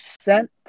cent